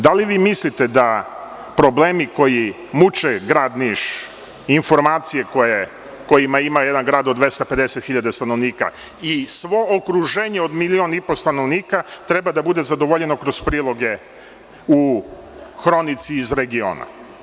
Da li vi mislite da problemi koji muče grad Niš, informacije koje ima jedan grad od 200 hiljada stanovnika i svo okruženje od milion i po stanovnika, treba da bude zadovoljeno kroz priloge u „Hronici iz regiona“